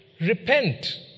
Repent